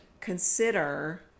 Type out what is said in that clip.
consider